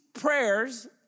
prayers